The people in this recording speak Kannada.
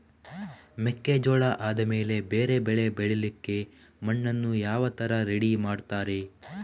ಮೆಕ್ಕೆಜೋಳ ಆದಮೇಲೆ ಬೇರೆ ಬೆಳೆ ಬೆಳಿಲಿಕ್ಕೆ ಮಣ್ಣನ್ನು ಯಾವ ತರ ರೆಡಿ ಮಾಡ್ತಾರೆ?